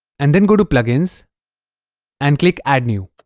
and then go to plugins and click add new